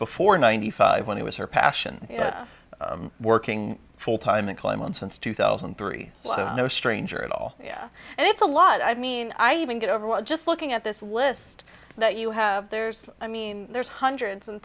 before ninety five when it was her passion working full time and climb on since two thousand and three no stranger at all yeah and it's a lot i mean i even get overwhelmed just looking at this list that you have there's i mean there's hundreds and